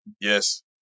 Yes